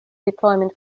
deployment